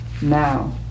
now